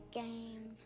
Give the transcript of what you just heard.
game